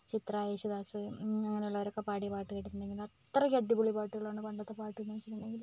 ചിത്ര യേശുദാസ് അങ്ങനെ ഉള്ളവരൊക്കെ പാടിയ പാട്ട് കേട്ടിട്ടുണ്ടെങ്കിൽ അത്രയ്ക്ക് അടിപൊളി പാട്ടുകളാണ് പണ്ടത്തെ പാട്ടുകളെന്ന് വെച്ചിട്ടുണ്ടെങ്കിൽ